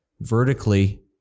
vertically